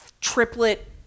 triplet